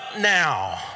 now